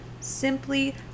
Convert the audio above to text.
simply